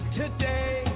today